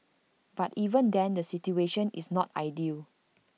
but even then the situation is not ideal